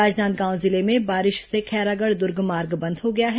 राजनांदगांव जिले में बारिश से खैरागढ़ दुर्ग मार्ग बंद हो गया है